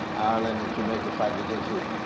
ireland and jamaica fighting against who?